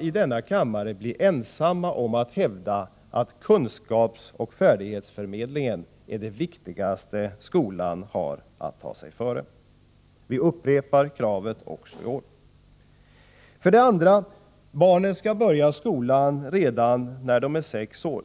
i denna kammare blivit ensamma om att hävda att kunskapsoch färdighetsförmedlingen är det viktigaste skolan har att ta sig före. Vi upprepar kravet också i år. 2. Barnen skall börja skolan redan när de är sex år.